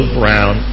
brown